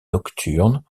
nocturnes